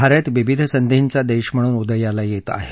भारत विविध संधीचा देश म्हणून उदयास येत आहे